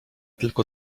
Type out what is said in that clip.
tylko